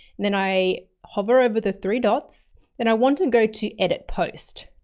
then i hover over the three dots and i want to go to, edit post.